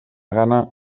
gana